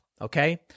Okay